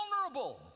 vulnerable